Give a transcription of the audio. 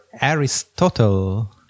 Aristotle